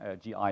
GI